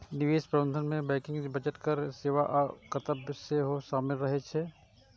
निवेश प्रबंधन मे बैंकिंग, बजट, कर सेवा आ कर्तव्य सेहो शामिल रहे छै